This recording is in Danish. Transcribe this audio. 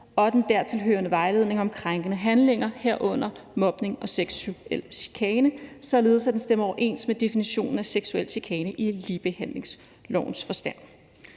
og den dertilhørende vejledning om krænkende handlinger, herunder mobning og seksuel chikane, således at den stemmer overens med definitionen af seksuel chikane i ligebehandlingslovens forstand.